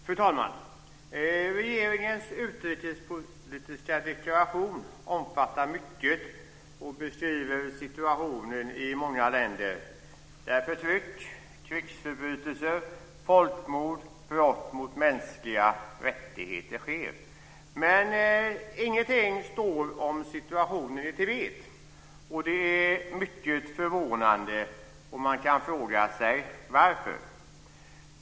Fru talman! Regeringens utrikespolitiska deklaration omfattar mycket och beskriver situationen i många länder där förtryck, krigsförbrytelser, folkmord och brott mot mänskliga rättigheter sker. Men ingenting står om situationen i Tibet. Det är mycket förvånande, och man kan fråga sig varför.